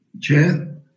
Chair